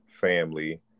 family